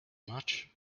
much